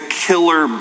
killer